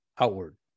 outward